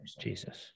jesus